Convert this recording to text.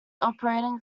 operating